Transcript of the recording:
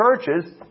churches